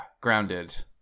grounded